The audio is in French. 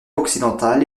occidental